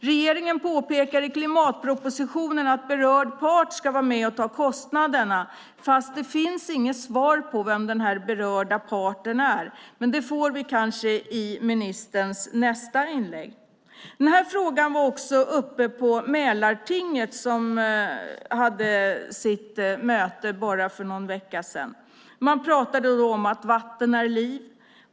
Regeringen påpekar i klimatpropositionen att berörd part ska vara med och ta kostnaderna, fast det finns inget svar på vem denna berörda part är. Men det får vi kanske i ministerns nästa inlägg. Den här frågan var också uppe i Mälartinget, som hade sitt möte för bara någon vecka sedan. Man pratade då om att vatten är liv.